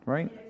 Right